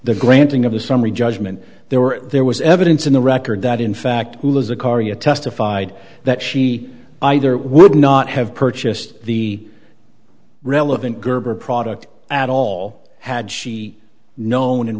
the granting of the summary judgment there were there was evidence in the record that in fact was a caria testified that she either would not have purchased the relevant gerbera product at all had she known and